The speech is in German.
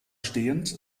stehend